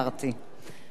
אנחנו נמשיך עכשיו.